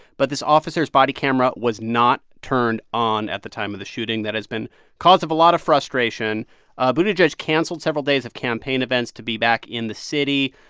but this officer's body camera was not turned on at the time of the shooting. that has been cause of a lot of frustration ah buttigieg canceled several days of campaign events to be back in the city.